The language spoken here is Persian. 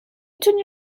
تونی